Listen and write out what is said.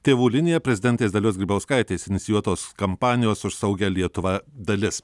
tėvų linija prezidentės dalios grybauskaitės inicijuotos kampanijos už saugią lietuvą dalis